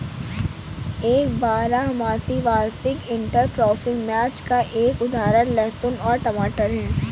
एक बारहमासी वार्षिक इंटरक्रॉपिंग मैच का एक उदाहरण लहसुन और टमाटर है